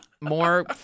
more